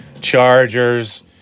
Chargers